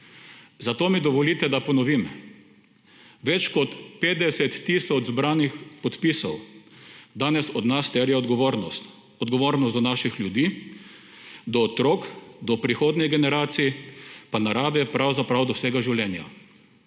zato mi dovolite, da ponovim. Več kot 50 tisoč zbranih podpisov danes od nas terjajo odgovornost; odgovornost do naših ljudi, do otrok, do prihodnjih generacij in narave, pravzaprav do vsega življenja.